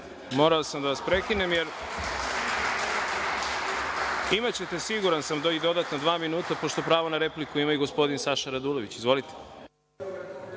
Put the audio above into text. Morao sam da vas prekinem. Imaćete, siguran sam, dodatnih dva minuta, pošto pravo na repliku ima i gospodin Saša Radulović. **Saša